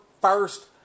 first